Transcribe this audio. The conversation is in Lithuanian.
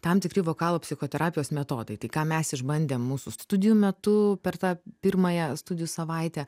tam tikri vokalo psichoterapijos metodai tai ką mes išbandėm mūsų studijų metu per tą pirmąją studijų savaitę